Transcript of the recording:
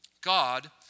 God